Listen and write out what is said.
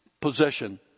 possession